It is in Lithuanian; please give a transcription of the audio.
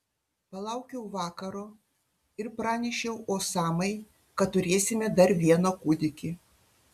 palaukiau vakaro ir pranešiau osamai kad turėsime dar vieną kūdikį